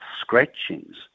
scratchings